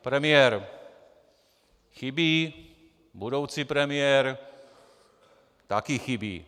Premiér chybí, budoucí premiér taky chybí.